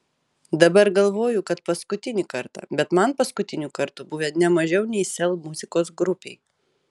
dabar galvoju kad paskutinį kartą bet man paskutinių kartų buvę ne mažiau nei sel muzikos grupei